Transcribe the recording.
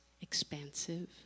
expansive